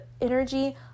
energy